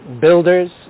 builders